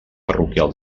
parroquial